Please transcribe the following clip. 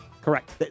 Correct